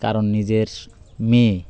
কারণ নিজের মেয়ে